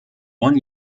one